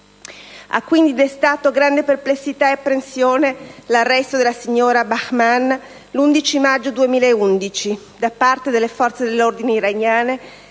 Ha quindi destato grande perplessità e apprensione l'arresto della signora Bahrman l'11 maggio 2011 da parte delle forze dell'ordine iraniane